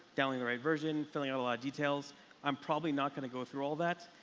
downloading the right version, filling out a lot details i'm probably not going to go through all that.